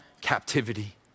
captivity